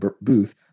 booth